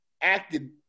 acted